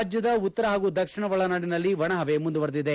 ರಾಜ್ಯದ ಉತ್ತರ ಹಾಗೂ ದಕ್ಷಿಣ ಒಳನಾಡಿನಲ್ಲಿ ಒಣ ಹವೆ ಮುಂದುವರಿದಿದೆ